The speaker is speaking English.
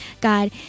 God